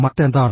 മറ്റെന്താണ്